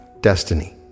destiny